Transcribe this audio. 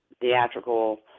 theatrical